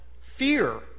fear